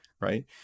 Right